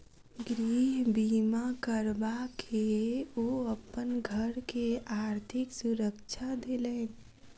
गृह बीमा करबा के ओ अपन घर के आर्थिक सुरक्षा देलैन